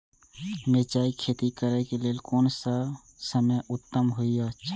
मिरचाई के खेती करे के लेल कोन समय उत्तम हुए छला?